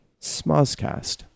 Smozcast